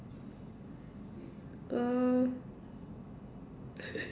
uh